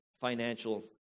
financial